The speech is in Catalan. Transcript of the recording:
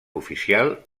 oficial